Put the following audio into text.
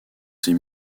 ces